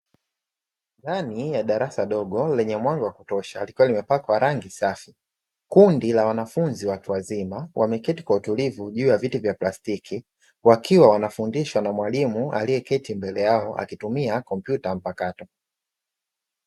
Ndani ya darasa dogo lenye mwanga wa kutosha likiwa limepakwa rangi safi, kundi la wanafunzi watu wazima wameketi kwa utulivu juu ya vitu vya plastiki, wakiwa wanafundishwa na mwalimu aliyeketi mbele yao akitumia kompyuta mpakato.